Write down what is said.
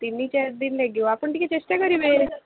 ତିନି ଚାରିଦିନ ଲାଗିବ ଆପଣ ଟିକେ ଚେଷ୍ଟା କରିବେ